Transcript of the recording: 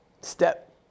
step